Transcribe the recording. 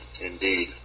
Indeed